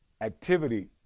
activity